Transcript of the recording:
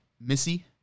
Missy